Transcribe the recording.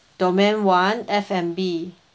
domain one F&B